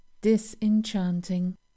disenchanting